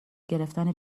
گرفتن